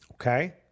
Okay